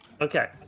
Okay